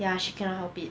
ya she cannot help it